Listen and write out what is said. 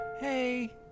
Hey